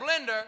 blender